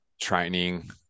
training